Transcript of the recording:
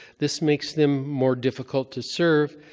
this makes them more difficult to serve,